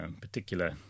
particular